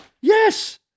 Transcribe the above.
Yes